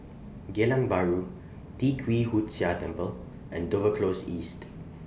Geylang Bahru Tee Kwee Hood Sia Temple and Dover Close East